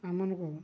ଆମମାନଙ୍କ